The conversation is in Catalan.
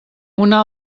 una